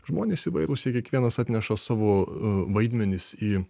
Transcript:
žmonės įvairūs ir kiekvienas atneša savo vaidmenis į